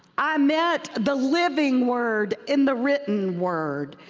i met the living word in the written word,